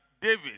David